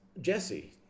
Jesse